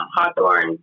Hawthorne